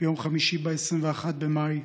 ביום חמישי, ב-21 במאי,